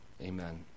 Amen